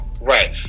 Right